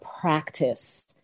practice